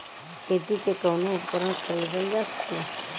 खेती के कउनो उपकरण खरीदल जा सकला